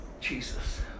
Jesus